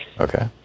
Okay